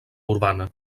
urbana